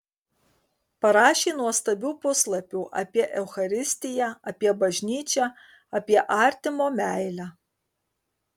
parašė nuostabių puslapių apie eucharistiją apie bažnyčią apie artimo meilę